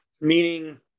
meaning